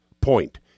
point